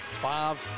five